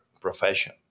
profession